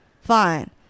Fine